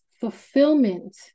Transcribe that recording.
Fulfillment